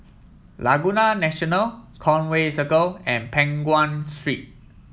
Laguna National Conway Circle and Peng Nguan Street